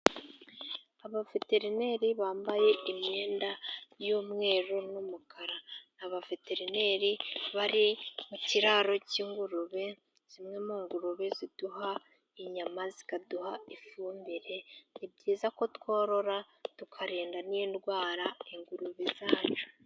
Abaveterineri bambaye imyenda y'umweru n'umukara. Abaveterineri bari mu kiraro cy'ingurube, zimwe mu ngurube ziduha inyama, zikaduha ifumbire. Ni byiza ko tworora tukarinda n'indwara ingurube zacu.